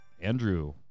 Andrew